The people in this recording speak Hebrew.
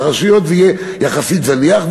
לרשויות זה יהיה יחסית זניח,